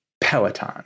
Peloton